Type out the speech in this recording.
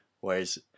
Whereas